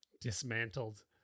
Dismantled